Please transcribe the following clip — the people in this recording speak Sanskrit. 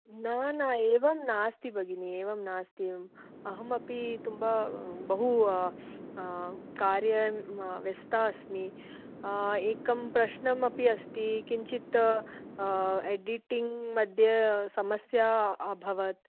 न न एवं नास्ति भगिनि एवं नास्ति एवम् अहमपि तुम्ब बहु कार्यं व्यस्ता अस्मि एकः प्रश्नः अपि अस्ति किञ्चित् एडिटिङ्ग मध्ये समस्या अभवत्